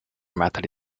method